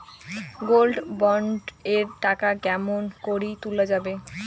Gold bond এর টাকা কেমন করি তুলা যাবে?